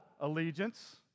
allegiance